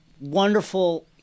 wonderful